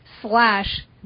slash